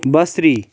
بَصری